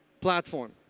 platform